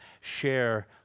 share